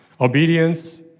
Obedience